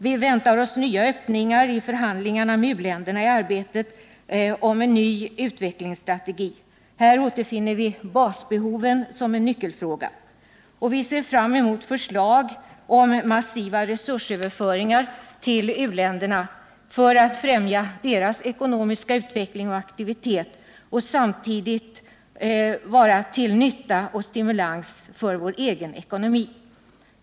Vi väntar oss nya öppningar i förhandlingarna med u-länder i arbetet på en ny utvecklingsstrategi. Här återfinner vi basbehoven som en nyckelfråga. Vi ser fram mot förslag om massiva resursöverföringar till u-länderna för att främja deras ekonomiska utveckling och aktivitet och samtidigt vara till nytta och stimulans för vår egen ekonomi.